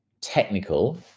technical